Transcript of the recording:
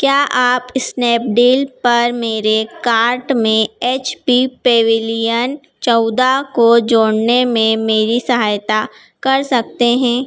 क्या आप स्नैपडील पर मेरे कार्ट में एच पी पेविलियन चौदह को जोड़ने में मेरी सहायता कर सकते हैं